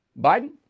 Biden